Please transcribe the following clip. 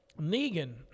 Negan